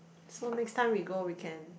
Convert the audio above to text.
so next time we go we can